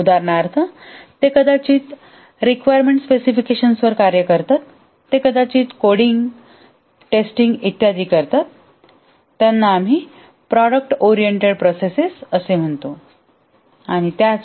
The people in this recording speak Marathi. उदाहरणार्थ ते कदाचित रिक्वायरमेंट्स स्पेसिफिकेशन requirements specificationवर कार्य करतात ते कदाचित कोडिंग टेस्टिंग इत्यादी करतात त्यांना आम्ही product oriented processes product oriented processes